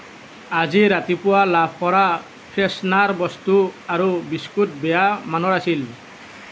আজি ৰাতিপুৱা লাভ কৰা ফ্ৰেছনাৰ বস্তু আৰু বিস্কুট বেয়া মানৰ আছিল